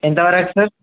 ఎంతవరకు సార్